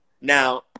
Now